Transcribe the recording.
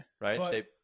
Right